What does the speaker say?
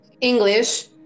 English